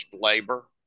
labor